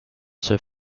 sir